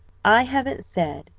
i haven't said,